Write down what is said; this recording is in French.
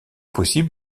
possible